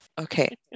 Okay